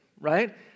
right